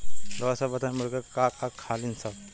रउआ सभ बताई मुर्गी का का खालीन सब?